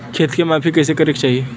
खेत के माफ़ी कईसे करें के चाही?